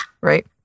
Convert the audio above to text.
Right